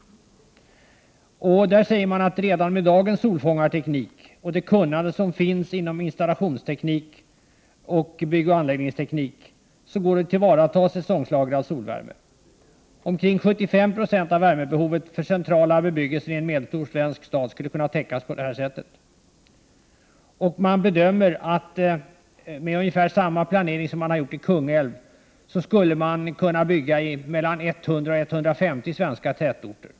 I rapporten säger man att det redan med dagens solfångarteknik och det kunnande som finns inom installations-, byggoch anläggningsteknik går att tillvarata säsongslagrad solvärme. Omkring 75 96 av värmebehovet i den centrala bebyggelsen i en medelstor svensk stad skulle kunna täckas på detta sätt. Man bedömer att det, med ungefär samma planering som görs i Kungälv, skulle kunna byggas i 100-150 svenska tätorter.